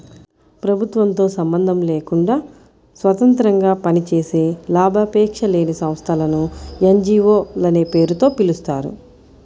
ప్రభుత్వంతో సంబంధం లేకుండా స్వతంత్రంగా పనిచేసే లాభాపేక్ష లేని సంస్థలను ఎన్.జీ.వో లనే పేరుతో పిలుస్తారు